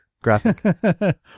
Graphic